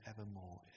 evermore